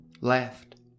left